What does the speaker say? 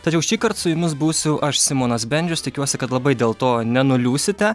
tačiau šįkart su jumis būsiu aš simonas bendžius tikiuosi kad labai dėl to nenuliūsite